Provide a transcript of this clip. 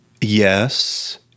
yes